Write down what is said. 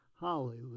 Hallelujah